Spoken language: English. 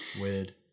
Weird